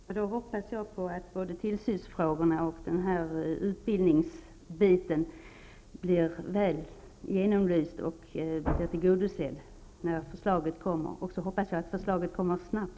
Herr talman! Då hoppas jag att både tillsyns och utbildningsfrågorna blir väl genomlysta och tillgodosedda när förslaget kommer. Jag hoppas också att förslaget skall komma snabbt.